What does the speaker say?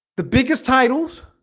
the biggest titles